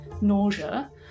nausea